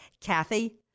Kathy